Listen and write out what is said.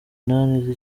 inani